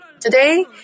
Today